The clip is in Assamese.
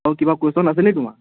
আৰু কিবা কুৱেশ্য়ন আছেনি তোমাৰ